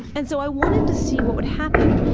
and so i wanted to see what would happen,